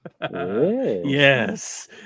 Yes